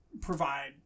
provide